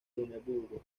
luneburgo